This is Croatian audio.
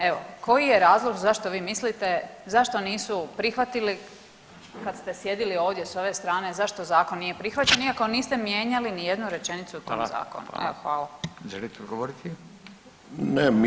Evo, koji je razlog zašto vi mislite zašto nisu prihvatili kad ste sjedili ovdje s ove strane zašto zakon nije prihvaćen iako niste mijenjali ni jednu rečenicu u tom zakonu.